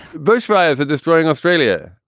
bushfires are destroying australia.